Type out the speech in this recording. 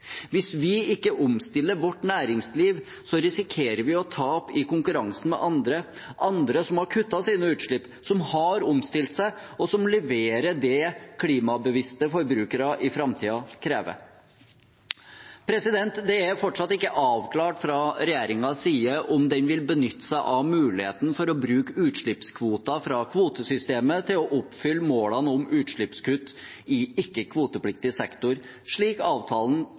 Hvis vi ikke omstiller vårt næringsliv, risikerer vi å tape i konkurranse med andre, andre som har kuttet sine utslipp, som har omstilt seg, og som leverer det klimabevisste forbrukere i framtiden vil kreve. Det er fortsatt ikke blitt avklart fra regjeringens side om de vil benytte seg av muligheten til å bruke utslippskvoter fra kvotesystemet for å oppfylle målene om utslippskutt i ikke-kvotepliktig sektor, slik avtalen